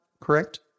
correct